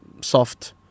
soft